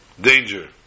danger